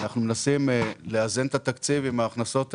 אנחנו מנסים לאזן את התקציב עם ההכנסות האלה.